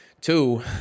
two